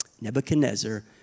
Nebuchadnezzar